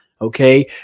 okay